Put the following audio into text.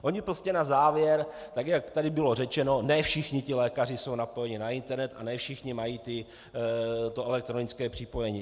Oni prostě na závěr tak jak tady bylo řečeno, ne všichni ti lékaři jsou napojeni na internet, ne všichni mají to elektronické připojení.